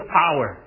power